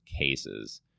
cases